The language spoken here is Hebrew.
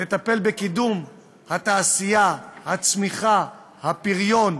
לטפל בקידום התעשייה, הצמיחה, הפריון,